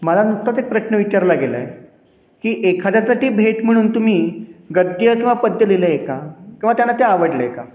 मला नुकताच एक प्रश्न विचारला गेलाय की एखाद्या साठी भेट म्हणून तुम्ही गद्य किंवा पद्य लिहिलंय का किंवा त्यांना ते आवडले का